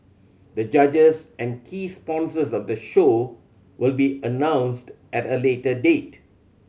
the judges and key sponsors of the show will be announced at a later date